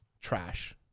trash